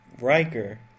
Riker